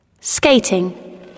skating